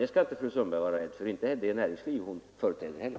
Det skall inte fru Sundberg vara rädd för, inte heller det näringsliv hon företräder.